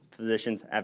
physicians